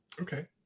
okay